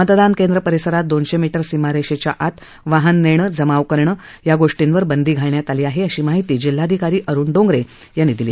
मतदान केंद्र परिसरात दोनशे मीटर सीमारेषेच्या आत वाहन नेणं जमाव करणं इत्यादी गोष्टींवर बंदी घालण्यात आली आहे अशी माहिती जिल्हाधिकारी अरुण डोंगरे यांनी दिली